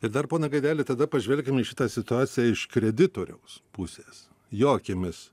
ir dar pone gaideli tada pažvelkim į šią situaciją iš kreditoriaus pusės jo akimis